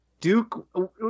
Duke